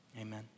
amen